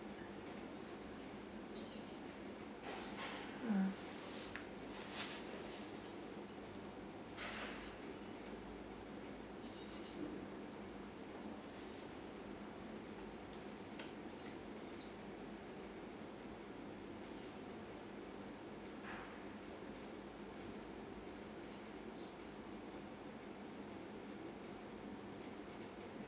mm